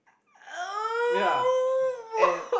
yeah and